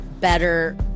better